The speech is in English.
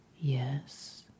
yes